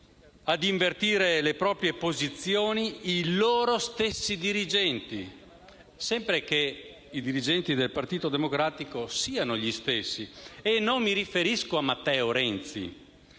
ad invertire le proprie posizioni i loro stessi dirigenti, sempre che i dirigenti del Partito Democratico siano gli stessi. Non mi riferisco a Matteo Renzi,